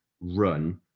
run